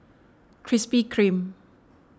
Krispy Kreme